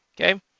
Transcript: Okay